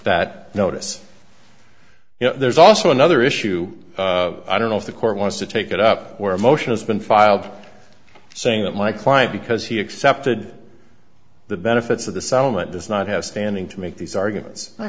that notice you know there's also another issue i don't know if the court wants to take it up where a motion is been filed saying that my client because he accepted the benefits of the soundman does not have standing to make these arguments i